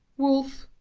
wolf,